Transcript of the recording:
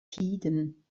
tiden